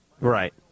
Right